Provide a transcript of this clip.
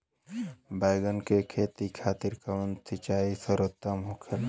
बैगन के खेती खातिर कवन सिचाई सर्वोतम होखेला?